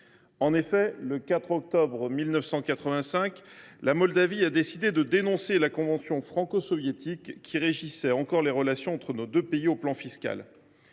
En effet, le 4 octobre 1985, la Moldavie a décidé de dénoncer la convention franco soviétique qui régissait encore les relations entre nos deux pays sur le plan fiscal.